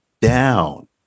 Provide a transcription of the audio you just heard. down